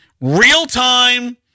real-time